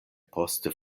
poste